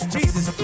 Jesus